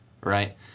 Right